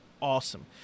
awesome